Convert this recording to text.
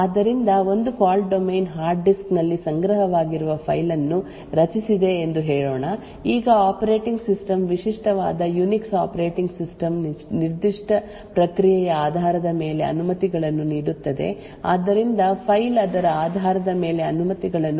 ಆದ್ದರಿಂದ ಒಂದು fault domain hard ಡಿಸ್ಕ್ನಲ್ಲಿ ಸಂಗ್ರಹವಾಗಿರುವ ಫೈಲ್ ಅನ್ನು ರಚಿಸಿದೆ ಎಂದು ಹೇಳೋಣ ಈಗ ಆಪರೇಟಿಂಗ್ ಸಿಸ್ಟಮ್ ವಿಶಿಷ್ಟವಾದ ಯುನಿಕ್ಸ್ ಆಪರೇಟಿಂಗ್ ಸಿಸ್ಟಮ್ ನಿರ್ದಿಷ್ಟ ಪ್ರಕ್ರಿಯೆಯ ಆಧಾರದ ಮೇಲೆ ಅನುಮತಿಗಳನ್ನು ನೀಡುತ್ತದೆ ಆದ್ದರಿಂದ ಫೈಲ್ ಅದರ ಆಧಾರದ ಮೇಲೆ ಅನುಮತಿಗಳನ್ನು ಪಡೆಯುತ್ತದೆ